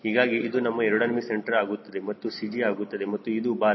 ಹೀಗಾಗಿ ಇದು ನಿಮ್ಮ AC ಆಗುತ್ತದೆ ಇದು CG ಆಗುತ್ತದೆ ಮತ್ತು ಇದು ಬಾಲ